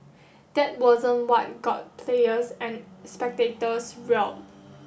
that wasn't what got players and spectators riled